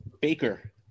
Baker